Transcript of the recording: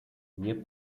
nie